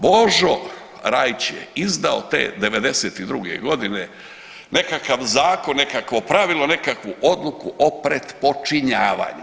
Božo Rajić je izdao te '92. godine nekakav zakon, nekakvo pravilo, nekakvu odluku o pretpočinjavanju.